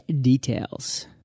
details